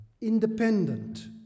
independent